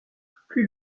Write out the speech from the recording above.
plus